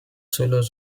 solos